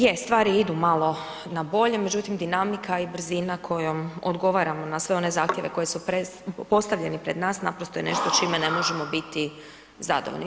Je, stvari idu malo na bolje, međutim dinamika i brzina kojom odgovaramo na sve one zahtjeve koji su postavljeni pred nas, naprosto je nešto čime ne možemo biti zadovoljni.